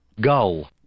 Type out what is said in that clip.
Gull